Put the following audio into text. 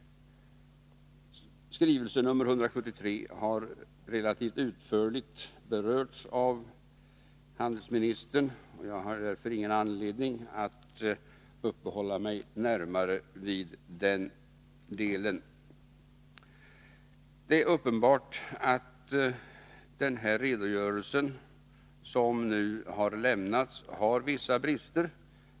Skrivelse nr 173 har relativt utförligt berörts av handelsministern, och jag har därför ingen anledning att uppehålla mig närmare vid den. Det är uppenbart att den redogörelse som nu har lämnats har vissa brister.